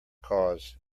cause